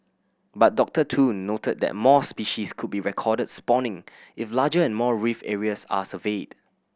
but Doctor Tun noted that more species could be recorded spawning if larger and more reef areas are surveyed